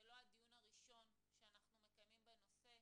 זה לא הדיון הראשון שאנחנו מקיימים בנושא.